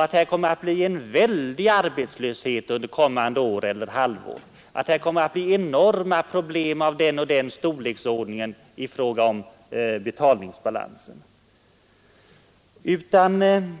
att det kommer att bli en väldig arbetslöshet och att enorma problem av någon viss storleksordning kommer att uppstå i fråga om betalningsbalansen under kommande halvår eller år.